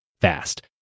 fast